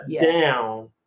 down